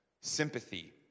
Sympathy